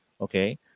Okay